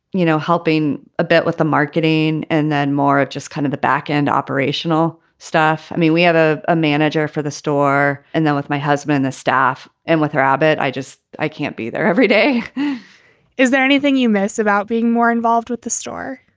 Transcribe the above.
you know, helping a bit with the marketing and then more of just kind of the back end operational stuff. i mean we have a a manager for the store and then with my husband, the staff and with rabbit, i just i can't be there every day is there anything you miss about being more involved with the store?